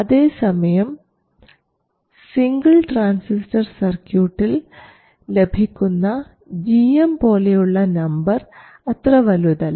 അതേ സമയം single transistor സർക്യൂട്ടിൽ ലഭിക്കുന്ന gm പോലെയുള്ള നമ്പർ അത്ര വലുതല്ല